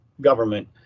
government